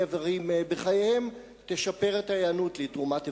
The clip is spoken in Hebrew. איברים בחייהם תשפר את ההיענות לתרומת איברים.